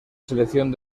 selección